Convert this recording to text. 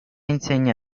insegna